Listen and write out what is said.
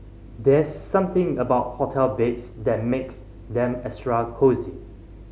there's something about hotel beds that makes them extra cosy